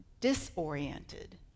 disoriented